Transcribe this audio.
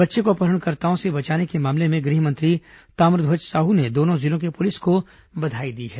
बच्चे को अपहरणकर्ताओं से बचाने के मामले में गृहमंत्री ताम्रध्वज साहू ने दोनों जिलों की पुलिस को बधाई दी है